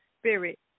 spirit